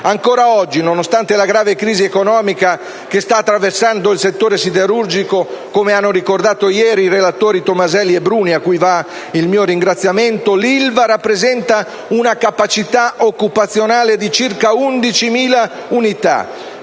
Ancora oggi, nonostante la grave crisi economica che sta attraversando il settore siderurgico - come hanno ricordato ieri i relatori Tomaselli e Bruni, a cui va il mio ringraziamento - l'Ilva rappresenta una capacità occupazionale di circa 11.000 unità